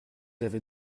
avez